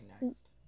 next